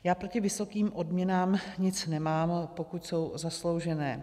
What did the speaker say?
Já proti vysokým odměnám nic nemám, ale pokud jsou zasloužené.